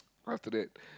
after that